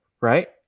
right